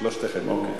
שלושתכן, אוקיי.